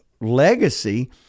legacy